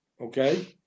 Okay